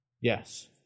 Yes